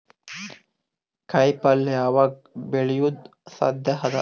ಕಾಯಿಪಲ್ಯ ಯಾವಗ್ ಬೆಳಿಯೋದು ಸಾಧ್ಯ ಅದ?